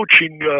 coaching